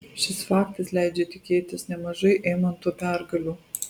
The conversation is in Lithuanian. šis faktas leidžia tikėtis nemažai eimanto pergalių